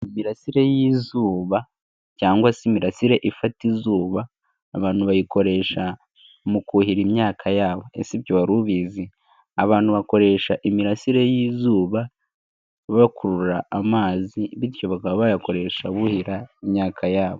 Imirasire y'izuba cyangwa se imirasire ifata izuba, abantu bayikoresha mu kuhira imyaka yabo. Ese ibyo wari ubizi? Abantu bakoresha imirasire y'izuba, bakurura amazi bityo bakaba bayakoresha buhira, imyaka yabo.